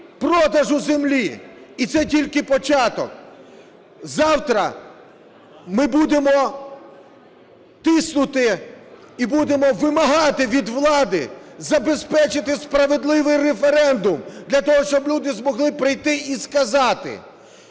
продажу землі!". І це тільки початок. Завтра ми будемо тиснути і будемо вимагати від влади забезпечити справедливий референдум для того, щоб люди змогли прийти і сказати